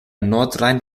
nordrhein